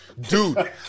Dude